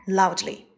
loudly